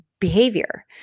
behavior